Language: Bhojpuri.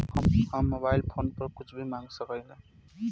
हम मोबाइल फोन पर कुछ भी मंगवा सकिला?